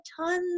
tons